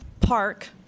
park